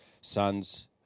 sons